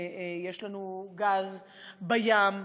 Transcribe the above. יש לנו גז בים,